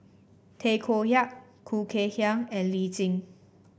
Tay Koh Yat Khoo Kay Hian and Lee Tjin